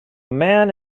man